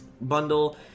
bundle